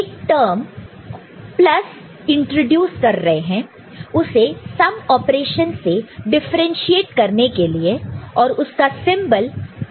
अब हम एक टर्म प्लस इंट्रोड्यूस कर रहे हैं उसे सम ऑपरेशन से डिफरेन्शीएट करने के लिए और उसका सिंबल है